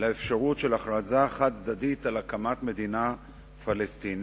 לאפשרות של הכרזה חד-צדדית על הקמת מדינה פלסטינית,